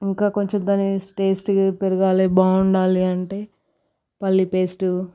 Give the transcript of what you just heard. ఇంకా కొంచెం దాని టేస్ట్ పెరగాలి బాగుండాలి అంటే పల్లి పేస్టు